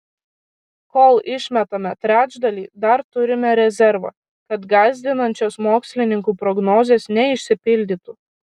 kol išmetame trečdalį dar turime rezervą kad gąsdinančios mokslininkų prognozės neišsipildytų